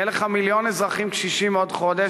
יהיו לך מיליון אזרחים קשישים עוד חודש,